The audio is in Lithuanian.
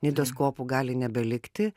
nidos kopų gali nebelikti